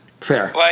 Fair